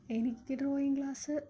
എനിക്ക് drawing class